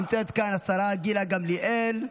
נמצאת כאן השרה גילה גמליאל,